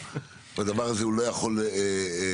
הדבר הזה לא יכול לקרות.